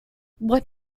what